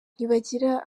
ntibagira